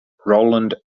roland